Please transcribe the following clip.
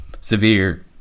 severe